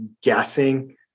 guessing